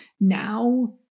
now